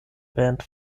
band